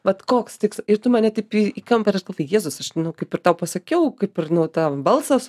vat koks tiks ir tu mane taip į kampą ir aš galvoju jėzus aš nu kaip ir tau pasakiau kaip ir nu tą balsas